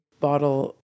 bottle